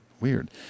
Weird